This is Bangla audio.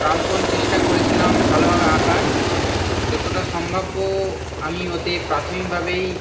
প্রাণপন চেষ্টা করেছিলাম ভালোভাবে আঁকার যতটা সম্ভাব্য আমি ওতে প্রাথমিকভাবেই